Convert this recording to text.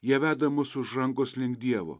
jie veda mus už rankos link dievo